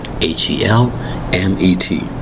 H-E-L-M-E-T